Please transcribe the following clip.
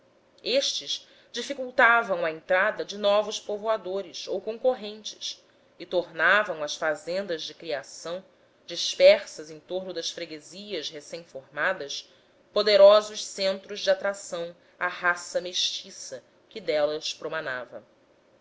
estes dificultavam a entrada de novos povoadores ou concorrentes e tornavam as fazendas de criação dispersas em torno das freguesias recém formadas poderosos centros de atração à raça mestiça que delas promanava